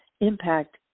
impact